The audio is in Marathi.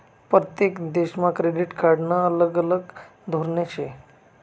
परतेक देशमा क्रेडिट कार्डनं अलग अलग धोरन शे